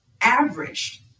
averaged